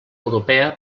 europea